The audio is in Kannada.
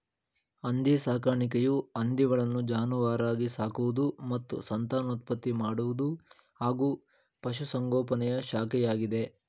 ಹಂದಿ ಸಾಕಾಣಿಕೆಯು ಹಂದಿಗಳನ್ನು ಜಾನುವಾರಾಗಿ ಸಾಕುವುದು ಮತ್ತು ಸಂತಾನೋತ್ಪತ್ತಿ ಮಾಡುವುದು ಹಾಗೂ ಪಶುಸಂಗೋಪನೆಯ ಶಾಖೆಯಾಗಿದೆ